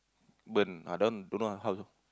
burn ah that one don't know how also